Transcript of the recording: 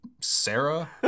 Sarah